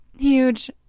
huge